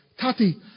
Tati